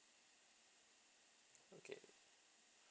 okay